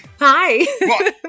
Hi